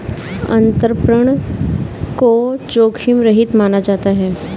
अंतरपणन को जोखिम रहित माना जाता है